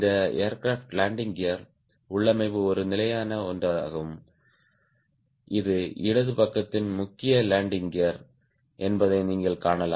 இந்த aircraft landing gear உள்ளமைவு ஒரு நிலையான ஒன்றாகும் இது இடது பக்கத்தின் முக்கிய லேண்டிங் கியர் என்பதை நீங்கள் காணலாம்